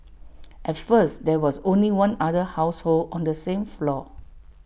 at first there was only one other household on the same floor